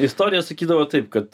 istorija sakydavo taip kad